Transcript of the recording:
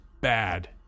bad